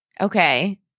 Okay